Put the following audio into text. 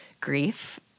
grief